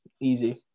Easy